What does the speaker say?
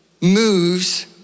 moves